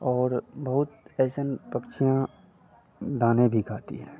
बहुत ऐसे पक्षियाँ दाने भी खाती हैं